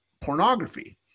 pornography